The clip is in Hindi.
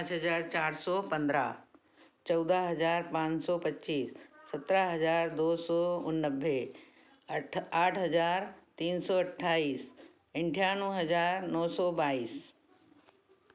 पाँच हजार चार सौ पंद्रह चौदह हजार पाँच सौ पच्चीस सत्रह हजार दो सौ नब्बे आठ आठ हजार तीन सौ अठाईस अठानवे हजार नौ सौ बाईस